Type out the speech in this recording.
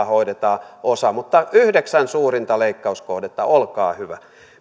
hoidetaan osa mutta yhdeksän suurinta leikkauskohdetta olkaa hyvä